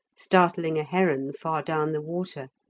startling a heron far down the water.